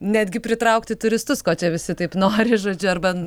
netgi pritraukti turistus ko čia visi taip nori žodžiu arba